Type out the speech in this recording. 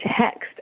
text